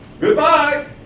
Goodbye